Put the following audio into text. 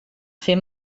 fer